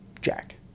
jack